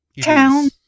Town